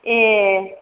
ए